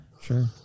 Sure